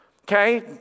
okay